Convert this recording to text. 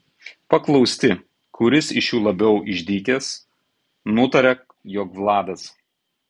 paklausti kuris iš jų labiau išdykęs nutaria jog vladas